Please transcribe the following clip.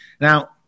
Now